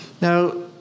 Now